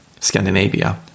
Scandinavia